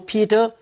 Peter